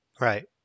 Right